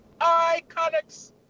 Iconics